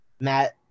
Matt